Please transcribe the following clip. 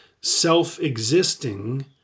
self-existing